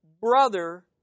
brother